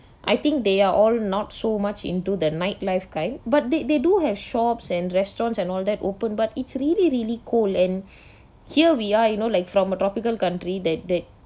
I think they are all not so much into the night life kind but they they do have shops and restaurants and all that open but it's really really cold and here we are you know like from a tropical country that that